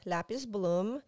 Lapis-Bloom